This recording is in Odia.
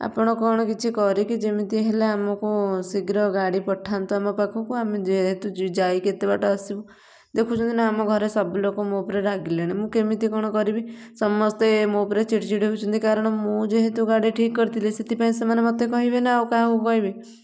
ଆପଣ କ'ଣ କିଛି କରିକି ଯେମିତି ହେଲେ ଆମକୁ ଶୀଘ୍ର ଗାଡ଼ି ପଠାନ୍ତୁ ଆମ ପାଖକୁ ଆମେ ଯେହେତୁ ଯାଇକି କେତେ ବାଟ ଆସିବୁ ଦେଖୁଛନ୍ତି ନା ଆମ ଘରେ ସବୁଲୋକ ମୋ ଉପରେ ରାଗିଲେଣି ମୁଁ କେମିତି କ'ଣ କରିବି ସମସ୍ତେ ମୋ ଉପରେ ଚିଡ଼୍ଚିଡ଼ି ହେଉଛନ୍ତି କାରଣ ମୁଁ ଯେହେତୁ ଗାଡ଼ି ଠିକ୍ କରିଥିଲି ସେଥିପାଇଁ ସେମାନେ ମୋତେ କହିବେ ନା ଆଉ କାହାକୁ କହିବେ